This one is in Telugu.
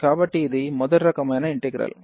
కాబట్టి ఇది మొదటి రకమైన ఇంటిగ్రల్